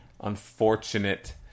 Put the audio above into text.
unfortunate